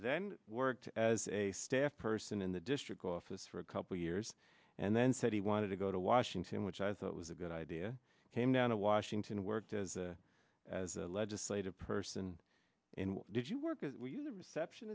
then worked as a staff person in the district office for a couple years and then said he wanted to go to washington which i thought was a good idea came down to washington worked as a as a legislative person did you work as a reception